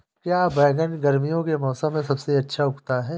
क्या बैगन गर्मियों के मौसम में सबसे अच्छा उगता है?